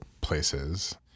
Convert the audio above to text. places